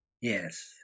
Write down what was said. Yes